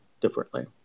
differently